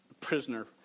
prisoner